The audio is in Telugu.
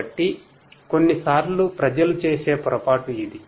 కాబట్టి కొన్నిసార్లు ప్రజలు చేసే పొరపాటు ఇది